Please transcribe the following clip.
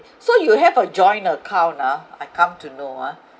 so you have a joint account ah I come to know ah